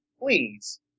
please